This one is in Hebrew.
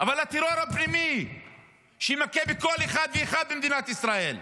אבל הטרור הפנימי שמכה בכל אחד ואחד במדינת ישראל,